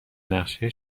نقشه